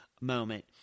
moment